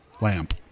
Lamp